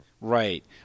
right